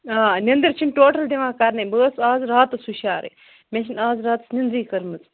آ نیٚنٛدٕر چھِنہٕ ٹوٹَل دِوان کَرنَے بہٕ ٲسٕس آز راتَس ہُشارَے مےٚ چھَنہٕ آز راتَس نیٚنٛدرٕے کٔرمٕژ